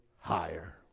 higher